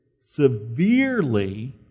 severely